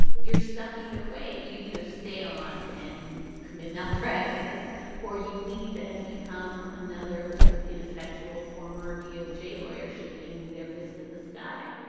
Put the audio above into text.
you're stuck either way. you either stay on and commit malpractice or you leave and become another sort of ineffectual former doj lawyer shaking their fist at the sky